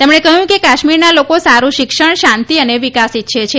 તેમણે કહ્યું કે કાશ્મીરના લોકો સારૂ શિક્ષણ શાંતિ અને વિકાસ ઇચ્છે છે